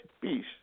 peace